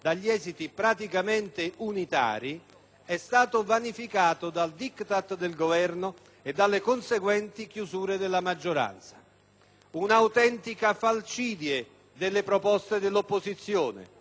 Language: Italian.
è stato vanificato dal *diktat* del Governo e dalle conseguenti chiusure della maggioranza. Un'autentica falcidie delle proposte dell'opposizione, come ha appena rilevato anche il collega Di Nardo,